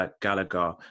Gallagher